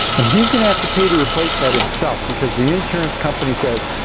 and he's gonna have to pay to replace that himself because the insurance company says,